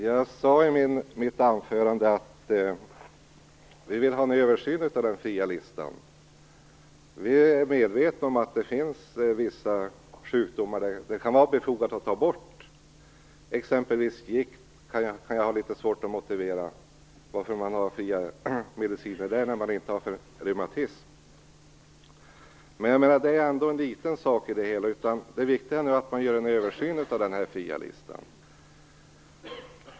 Fru talman! Jag sade i mitt anförande att vi vill ha en översyn av den fria listan. Vi är medvetna om att det finns vissa sjukdomar där det kan vara befogat att ta bort denna förmån. Jag har litet svårt att motivera varför t.ex. giktpatienter skall ha fria mediciner när reumatiker inte har det. Detta är ändå bara en liten bit av det hela. Det viktiga är att man nu gör en översyn och en genomgång av den fria listan.